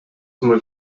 mul